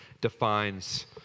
defines